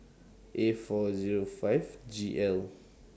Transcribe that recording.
A four Zero five G L